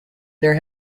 their